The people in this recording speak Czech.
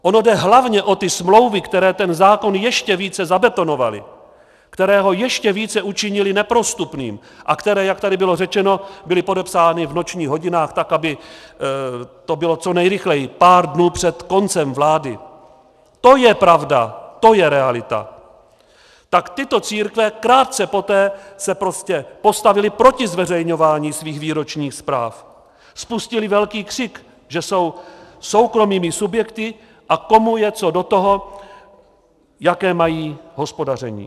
Ono jde hlavně o ty smlouvy, které ten zákon ještě více zabetonovaly, které ho ještě více učinily neprostupným a které, jak tady bylo řečeno, byly podepsány v nočních hodinách, tak aby to bylo co nejrychleji, pár dnů před koncem vlády, to je pravda, to je realita, tak tyto církve se krátce poté prostě postavily proti zveřejňování svých výročních zpráv, spustily velký křik, že jsou soukromými subjekty a komu je co do toho, jaké mají hospodaření.